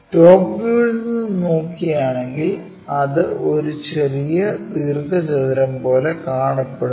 top വ്യൂയിൽ നിന്ന് നോക്കുകയാണെങ്കിൽ അത് ഒരു ചെറിയ ദീർഘചതുരം പോലെ കാണപ്പെടുന്നു